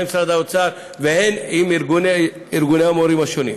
הן עם משרד האוצר והן עם ארגוני המורים השונים.